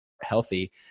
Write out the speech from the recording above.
healthy